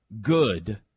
good